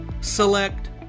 Select